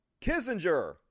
Kissinger